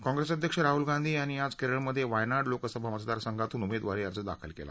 काँप्रेसचे अध्यक्ष राहूल गांधी यांनी आज केरळमधे वायनाड लोकसभा मतदारसंघातून उमेदवारी अर्ज दाखल केला